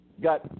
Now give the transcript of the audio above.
got